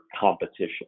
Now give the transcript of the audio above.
competition